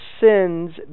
sins